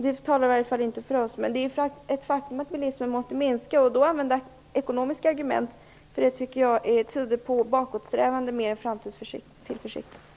Det talar inte för ett avskaffande. Men det är ett faktum att bilismen måste minska. Att då använda ekonomiska argument tycker jag tyder på bakåtsträvande mer än på tillförsikt inför framtiden.